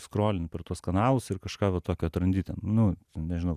skrolint per to skanaus ir kažką va tokio atrandi ten nu ten nežinau